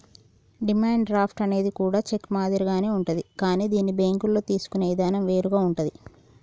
demand draft అనేది కూడా cheque మాదిరిగానే ఉంటాది కానీ దీన్ని బ్యేంకుల్లో తీసుకునే ఇదానం వేరుగా ఉంటాది